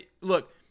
Look